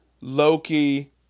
Loki